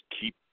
keep